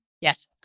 Yes